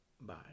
Bye